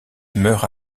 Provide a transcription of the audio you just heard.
meurt